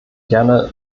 gerne